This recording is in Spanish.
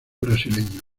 brasileño